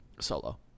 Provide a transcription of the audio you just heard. Solo